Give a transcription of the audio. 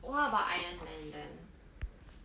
what about iron man then